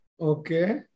Okay